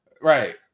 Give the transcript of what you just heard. Right